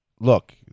look